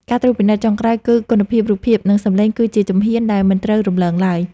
ការត្រួតពិនិត្យចុងក្រោយលើគុណភាពរូបភាព និង សម្លេងគឺជាជំហានដែលមិនត្រូវរំលងឡើយ។